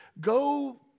go